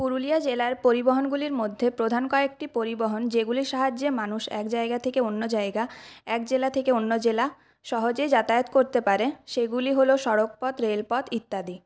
পুরুলিয়া জেলার পরিবহনগুলির মধ্যে প্রধান কয়েকটি পরিবহন যেগুলির সাহায্যে মানুষ এক জায়গা থেকে অন্য জায়গা এক জেলা থেকে অন্য জেলা সহজেই যাতায়াত করতে পারে সেগুলি হল সড়কপথ রেলপথ ইত্যাদি